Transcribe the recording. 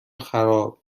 خراب